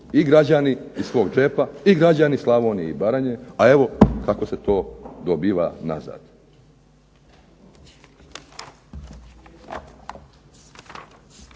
i građani iz svog džepa i građani Slavonije i Baranje, a evo kako se to dobiva nazad.